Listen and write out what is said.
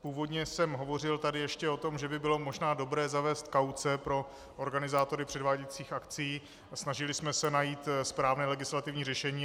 Původně jsem hovořil tady ještě o tom, že by bylo možná dobré zavést kauce pro organizátory předváděcích akcí, a snažili jsme se najít správné legislativní řešení.